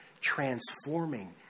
transforming